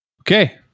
Okay